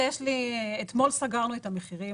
אתמול סגרנו את המחירים